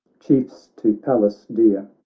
chiefs to pallas dear,